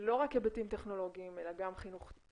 לא רק היבטים טכנולוגיים אלא גם חינוכיים,